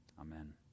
Amen